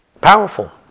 Powerful